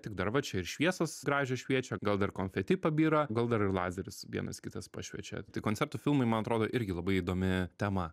tik dar va čia ir šviesos gražios šviečia gal dar konfeti pabyra gal dar ir lazeris vienas kitas pašviečia tai koncertų filmai man atrodo irgi labai įdomi tema